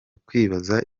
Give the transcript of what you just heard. kwibaza